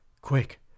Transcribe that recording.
quick